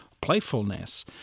playfulness